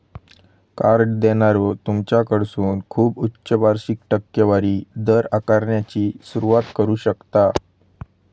card देणारो तुमच्याकडसून खूप उच्च वार्षिक टक्केवारी दर आकारण्याची सुरुवात करू शकता